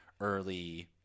early